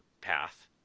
path